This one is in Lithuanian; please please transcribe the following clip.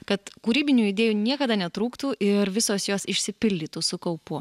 kad kūrybinių idėjų niekada netrūktų ir visos jos išsipildytų su kaupu